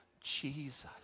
Jesus